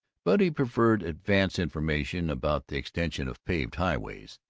but he preferred advance information about the extension of paved highways,